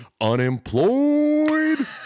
unemployed